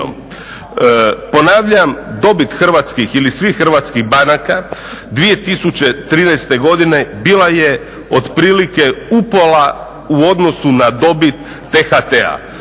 Ponavljam dobit hrvatskih ili svih hrvatskih banaka 2013. godine bila je otprilike upola u odnosu na dobit THT-a.